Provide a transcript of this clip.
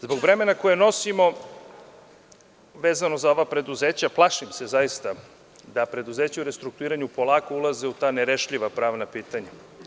Zbog bremena koje nosimo vezano za ova preduzeća, plašim se zaista da preduzeća u restrukturiranju polako ulaze u ta nerešljiva pravna pitanja.